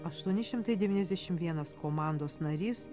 aštuoni šimtai devyniasdešim vienas komandos narys